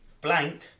blank